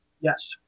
Yes